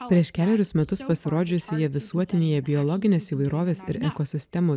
prieš kelerius metus pasirodžiusioje visuotinėje biologinės įvairovės ir ekosistemų